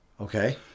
Okay